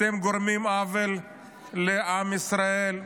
אתם גורמים עוול לעם ישראל,